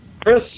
Chris